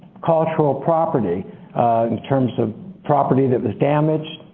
cultural property in terms of property that was damaged,